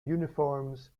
uniforms